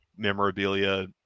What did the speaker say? memorabilia